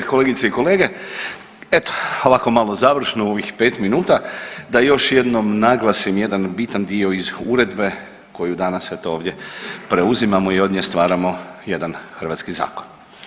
Kolegice i kolege, eto ovako malo završno u ovih 5 minuta da još jednom naglasim jedan bitan dio iz uredbe koju danas eto ovdje preuzimamo i od nje stvaramo jedan hrvatski zakona.